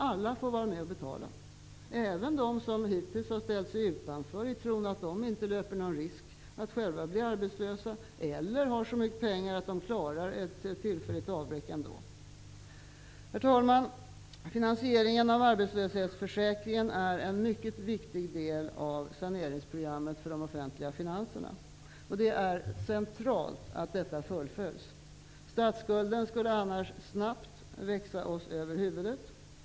Alla får vara med och betala -- även de som hittills har ställt sig utanför i tron att de inte löper någon risk att själva bli arbetslösa eller därför att de har så mycket pengar att de klarar ett tillfälligt avbräck ändå. Herr talman! Finansieringen av arbetslöshetsförsäkringen är en mycket viktig del av saneringsprogrammet för de offentliga finanserna. Det är centralt att detta fullföljs. Statskulden skulle annars snabbt växa oss över huvudet.